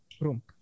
room